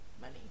money